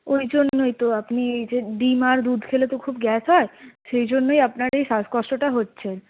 ওইজন্যই তো আপনি যে ডিম আর দুধ খেলে তো খুব গ্যাস হয় সেইজন্যই আপনার এই শ্বাসকষ্টটা হচ্ছে